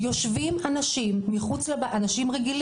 יושבים אנשים רגילים,